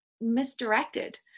misdirected